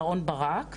אהרון ברק,